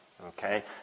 okay